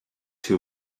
too